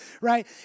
Right